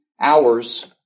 hours